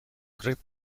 grip